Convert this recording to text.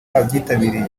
babyitabiriye